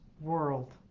world